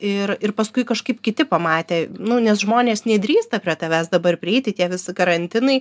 ir ir paskui kažkaip kiti pamatė nu nes žmonės nedrįsta prie tavęs dabar prieiti tie visi karantinai